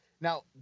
now